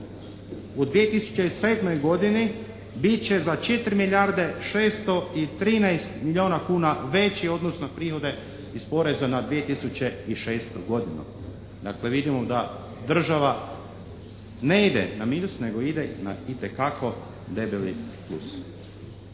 u 2007. godini bit će za 4 milijarde 613 milijona kuna veći u odnosu na prihode iz poreza na 2006. godinu. Dakle, vidimo da država ne ide na minus nego ide na itekako debeli plus.